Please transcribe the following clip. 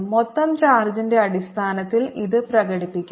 മൊത്തം ചാർജിന്റെ അടിസ്ഥാനത്തിൽ ഇത് പ്രകടിപ്പിക്കാം